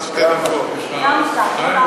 אתה מוסיף לי את הדקות?